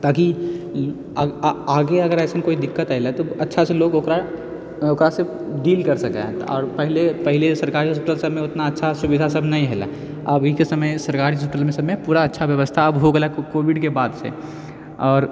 ताकि आगे अगर अइसन कोइ दिक्कत अएलै तऽ अच्छासँ लोक ओकरा ओकरासँ डील करि सकए आओर पहिले पहिले सरकारी हॉस्पिटल सबमे ओतना अच्छा सुविधासब नहि हलै अभीके समय सरकारी हॉस्पिटल सबमे पूरा अच्छा बेबस्था आब हो गेलै हइ कोविडके बादसँ आओर